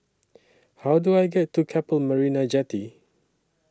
How Do I get to Keppel Marina Jetty